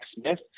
Smith